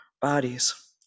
bodies